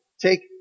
take